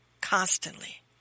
constantly